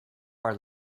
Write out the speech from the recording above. our